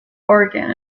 organ